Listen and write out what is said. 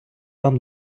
вам